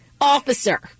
officer